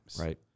right